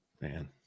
man